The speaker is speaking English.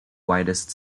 widest